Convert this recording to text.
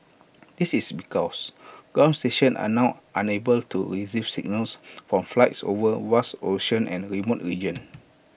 this is because ground station are now unable to receive signals from flights over vast ocean and remote region